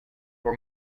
for